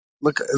Look